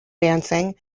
dancing